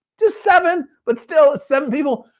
just seven, but still, it's seven people.